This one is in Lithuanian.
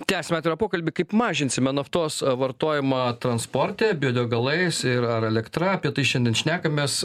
tęsiame pokalbį kaip mažinsime naftos a vartojimą transporte biodegalais ir ar elektra apie tai šiandien šnekamės